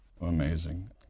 Amazing